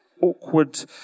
awkward